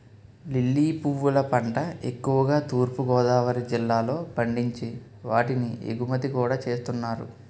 lily పువ్వుల పంట ఎక్కువుగా తూర్పు గోదావరి జిల్లాలో పండించి వాటిని ఎగుమతి కూడా చేస్తున్నారు